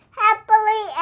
happily